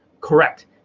correct